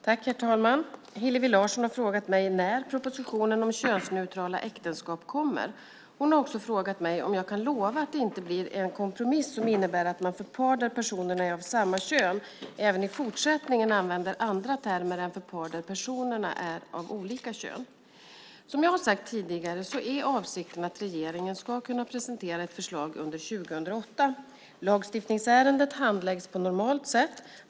Herr talman! Hillevi Larsson har frågat mig när propositionen om könsneutrala äktenskap kommer. Hon har också frågat mig om jag kan lova att det inte blir en kompromiss som innebär att man för par där personerna är av samma kön även i fortsättningen använder andra termer än för par där personerna är av olika kön. Som jag har sagt tidigare så är avsikten att regeringen ska kunna presentera ett förslag under 2008. Lagstiftningsärendet handläggs på normalt sätt.